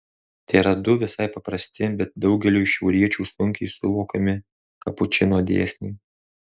tėra du visai paprasti bet daugeliui šiauriečių sunkiai suvokiami kapučino dėsniai